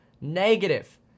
negative